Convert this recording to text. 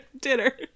dinner